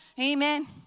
Amen